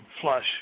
flush